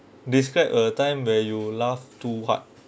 describe a time where you laugh too hard